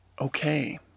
okay